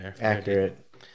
accurate